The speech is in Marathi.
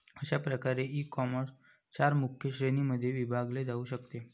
अशा प्रकारे ईकॉमर्स चार मुख्य श्रेणींमध्ये विभागले जाऊ शकते